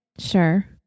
Sure